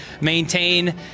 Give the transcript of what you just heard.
maintain